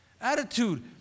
Attitude